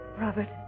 Robert